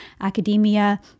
academia